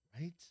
Right